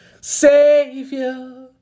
Savior